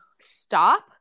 stop